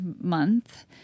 month